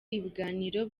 ibiganiro